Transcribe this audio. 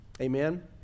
Amen